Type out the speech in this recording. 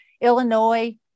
Illinois